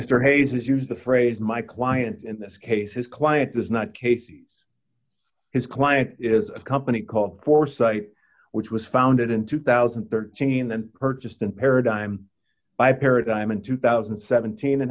mr hayes is used the phrase my client in this case his client does not case his client is a company called foresight which was founded in two thousand and thirteen and purchased in paradigm by paradigm in two thousand and seventeen and